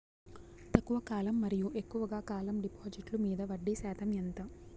తక్కువ కాలం మరియు ఎక్కువగా కాలం డిపాజిట్లు మీద వడ్డీ శాతం ఎంత?